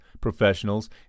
professionals